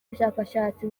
ubushakashatsi